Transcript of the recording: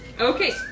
Okay